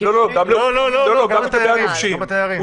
גם התיירים.